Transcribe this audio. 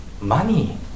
money